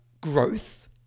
growth